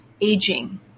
aging